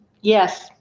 Yes